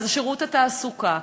שירות התעסוקה,